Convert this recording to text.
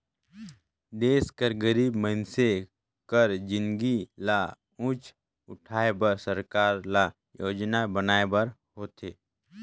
देस कर गरीब मइनसे कर जिनगी ल ऊंच उठाए बर सरकार ल योजना बनाए बर होथे